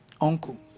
uncle